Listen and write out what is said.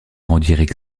rendirent